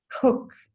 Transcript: cook